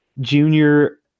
junior